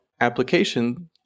application